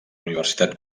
universitat